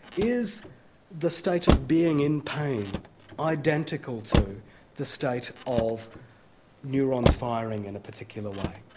is the state of being in pain identical to the state of neurons firing in a particular way?